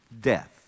death